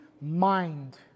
mind